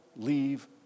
leave